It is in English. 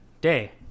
Day